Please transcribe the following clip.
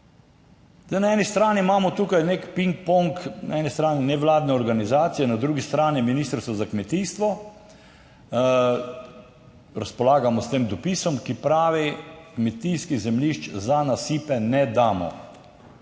na eni strani imamo tukaj nek ping pong, na eni strani nevladne organizacije, na drugi strani Ministrstvo za kmetijstvo razpolagamo s tem dopisom, ki pravi: kmetijskih zemljišč za nasipe ne damo.